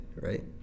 right